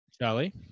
Charlie